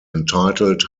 entitled